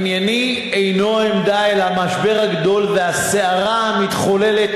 ענייני אינו עמדה אלא המשבר הגדול והסערה המתחוללת